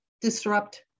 disrupt